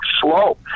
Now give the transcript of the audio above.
slow